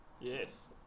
Yes